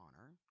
honor